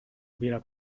hubiera